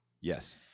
Yes